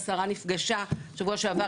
השרה נפגשה שבוע שעבר,